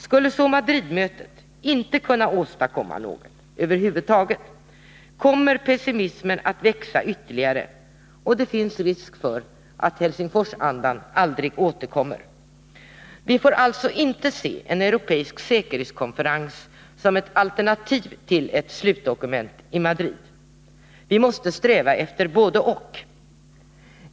Skulle så Madridmötet inte kunna åstadkomma något över huved taget kommer pessimismen att växa ytterligare, och det finns risk för att Helsingforsandan aldrig återkommer. Vi får alltså inte se en europeisk säkerhetskonferens som ett alternativ till ett slutdokument — vi måste sträva efter ett både-och.